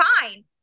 fine